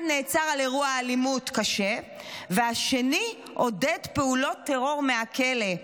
אחד נעצר על אירוע אלימות קשה והשני עודד פעולות טרור מהכלא.